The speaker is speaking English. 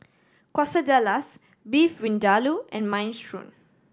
Quesadillas Beef Vindaloo and Minestrone